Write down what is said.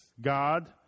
God